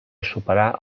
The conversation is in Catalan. superar